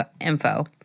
info